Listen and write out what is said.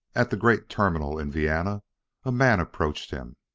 at the great terminal in vienna a man approached him.